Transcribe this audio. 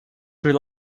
rely